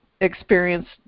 experience